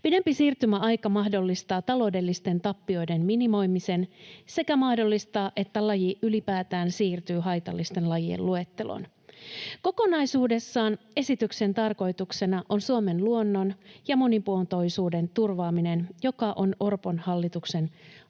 Pidempi siirtymäaika mahdollistaa taloudellisten tappioiden minimoimisen sekä sen, että laji ylipäätään siirtyy haitallisten lajien luetteloon. Kokonaisuudessaan esityksen tarkoituksena on Suomen luonnon ja monimuotoisuuden turvaaminen, joka on Orpon hallituksen